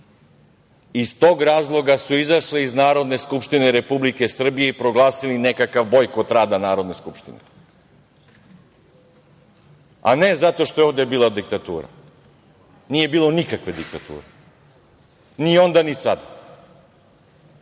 Iz tog razloga su izašli iz Narodne skupštine Republike Srbije i proglasili nekakav bojkot rada Narodne skupštine, a ne zato što je ovde bila diktatura. Nije bilo nikakve diktature, ni onda ni sada,